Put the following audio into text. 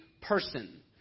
person